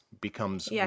becomes